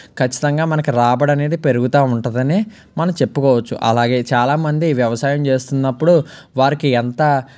ఖచ్చితంగా మనకి రాబడి అనేది పెరుగుతా ఉంటాదని మనం చెప్పుకోవచ్చు అలాగే చాలామంది వ్యవసాయం చేస్తున్నప్పుడు వారికి ఎంత